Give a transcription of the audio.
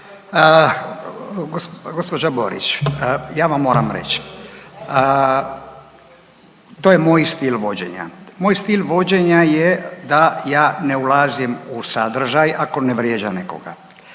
Gđa. Borić, ja vam moram reć, to je moj stil vođenja, moj stil vođenja je da ja ne ulazim u sadržaj ako ne vrijeđa nekoga.